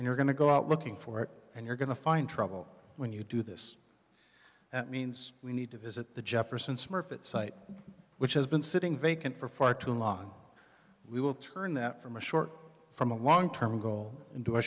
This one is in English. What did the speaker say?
and you're going to go out looking for it and you're going to find trouble when you do this that means we need to visit the jefferson smurfit site which has been sitting vacant for far too long we will turn that from a short from a long term goal in